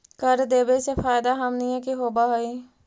कर देबे से फैदा हमनीय के होब हई